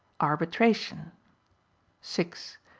arbitration six.